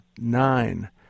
Nine